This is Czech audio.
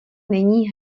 není